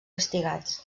castigats